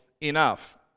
enough